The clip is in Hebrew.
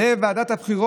לערבים אתה עושה הנחה,